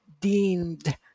deemed